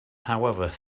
however